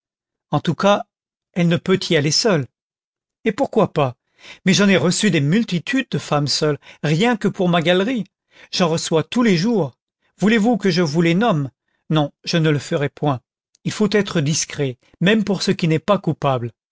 en tout cas elle ne peut y aller seule et pourquoi pas mais j'en ai reçu des multitudes de femmes seules rien que pour ma galerie j'en reçois tous les jours voulez-vous que je vous les nomme non je ne le ferai point il faut être discret même pour ce qui n'est pas coupable